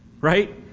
right